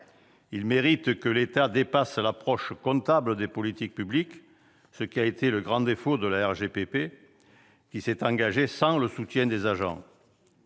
Ils méritent que l'État dépasse l'approche comptable des politiques publiques ; le grand défaut de la RGPP, qui a été mise en oeuvre sans le soutien des agents,